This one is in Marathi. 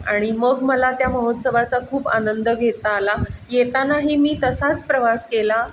आणि मग मला त्या महोत्सवाचा खूप आनंद घेता आला येतानाही मी तसाच प्रवास केला